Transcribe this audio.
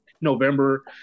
November